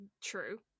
True